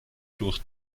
durch